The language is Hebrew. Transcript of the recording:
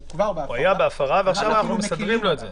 הוא כבר בהפרה, ואנחנו מקילים עליו.